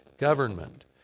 Government